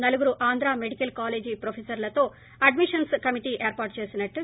నలుగురు Andhra medical college ప్రోఫిసర్లతో admissions committee ఏర్పాటు చేసినట్లు